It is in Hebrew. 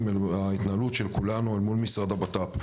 בהתנהלות של כולנו אל מול משרד הבט"פ.